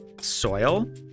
soil